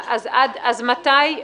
אמרתי,